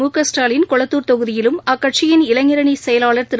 முகஸ்டாலின் கொளத்தூர் தொகுதியிலும் அக்கட்சியின் இளைஞரணி செயலாளர் திரு